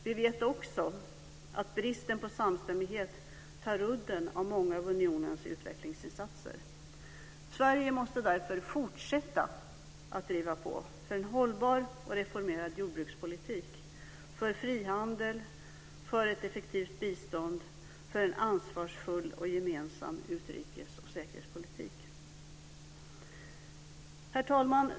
Vi vet också att bristen på samstämmighet tar udden av många av unionens utvecklingsinsatser. Sverige måste därför fortsätta att driva på för en hållbar och reformerad jordbrukspolitik, för frihandel, för ett effektivt bistånd och för en ansvarsfull och gemensam utrikes och säkerhetspolitik. Herr talman!